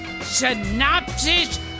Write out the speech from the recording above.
synopsis